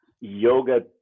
yoga